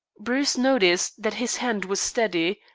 bruce noticed that his hand was steady,